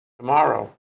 Tomorrow